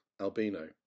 albino